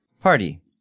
party